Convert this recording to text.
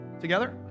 together